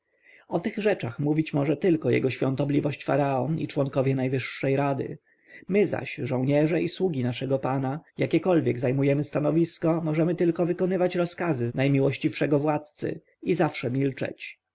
o tych rzeczach mówić może tylko jego świątobliwość faraon i członkowie najwyższej rady my zaś żołnierze i sługi pana naszego jakiekolwiek zajmujemy stanowisko możemy tylko wykonywać rozkazy najmiłościwszego władcy i zawsze milczeć